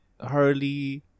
Harley